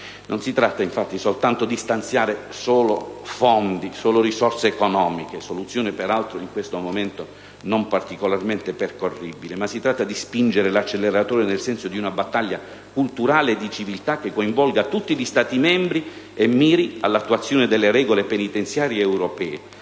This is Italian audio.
Non si tratta, infatti, soltanto di stanziare maggiori fondi, risorse economiche, soluzione peraltro in questo momento non particolarmente percorribile, ma anche di spingere l'acceleratore nel senso di una battaglia culturale e di civiltà che coinvolga tutti gli Stati membri e miri all'attuazione delle regole penitenziarie europee,